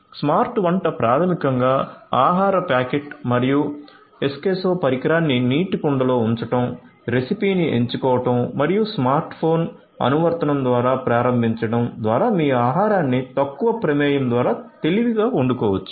smart వంట ప్రాథమికంగా ఆహార ప్యాకెట్ మరియు ఎస్కెసో పరికరాన్ని నీటి కుండలో ఉంచడం రెసిపీని ఎంచుకోవడం మరియు స్మార్ట్ ఫోన్ అనువర్తనం ద్వారా ప్రారంభించడం ద్వారా మీ ఆహారాన్ని తక్కువ ప్రమేయం ద్వారా తెలివిగా వండుకోవచ్చు